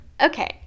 Okay